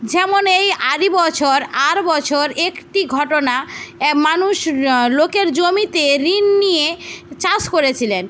যেমন এই আদি বছর আর বছর একটি ঘটনা এ মানুষ ল লোকের জমিতে ঋণ নিয়ে চাষ করেছিলেন